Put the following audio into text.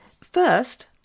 First